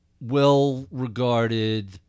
well-regarded